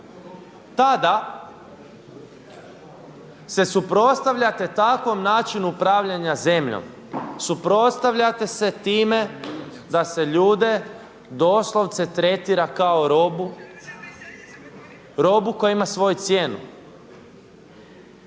tada se suprotstavljate takvom načinu upravljanja zemljom. Suprotstavljate se time da se ljude doslovce tretira kao robu, robu koja ima svoju cijenu.